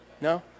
No